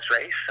race